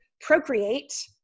procreate